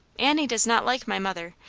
annie does not like my mother.